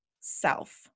self